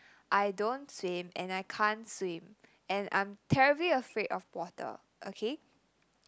I don't swim and I can't swim and I'm terribly afraid of water okay